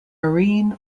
marine